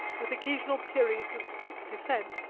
with occasional periods of quick descent,